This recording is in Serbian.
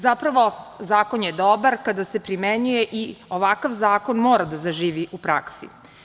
Zapravo, zakon je dobar kada se primenjuje i ovakav zakon mora da zaživi u praksi.